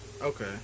Okay